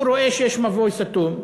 הוא רואה שיש מבוי סתום,